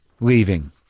leaving